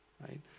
right